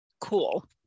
cool